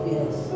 Yes